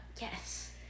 Yes